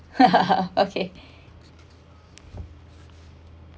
okay